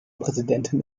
präsidentin